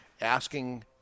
asking